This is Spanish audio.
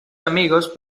amigos